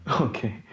Okay